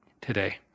today